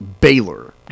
Baylor